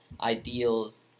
ideals